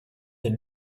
des